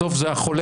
בסוף זה החולה,